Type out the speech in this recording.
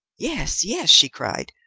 yes, yes! she cried.